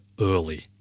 early